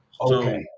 Okay